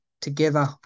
together